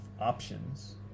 options